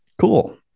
Cool